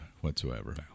whatsoever